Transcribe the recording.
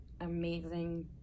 amazing